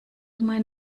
mein